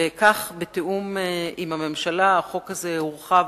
וכך בתיאום עם הממשלה החוק הזה הורחב